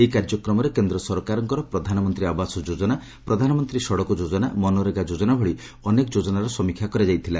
ଏହି କାର୍ଯ୍ୟକ୍ରମରେ କେନ୍ଦ୍ର ସରକାରଙ୍କର ପ୍ରଧାନମନ୍ତୀ ଆବାସ ଯୋଜନା ପ୍ରଧାନମନ୍ତୀ ସଡ଼କ ଯୋଜନା ମନରେଗା ଯୋଜନା ଭଳି ଅନେକ ଯୋଜନାର ସମୀକ୍ଷା କରାଯାଇଥିଲା